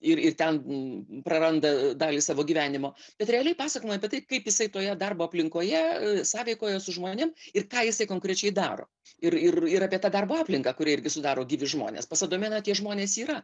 ir ir ten praranda dalį savo gyvenimo bet realiai pasakojimai apie tai kaip jisai toje darbo aplinkoje sąveikoje su žmonėm ir ką jisai konkrečiai daro ir ir ir apie tą darbo aplinką kurią irgi sudaro gyvi žmonės pas adomėną tie žmonės yra